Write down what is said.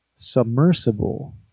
submersible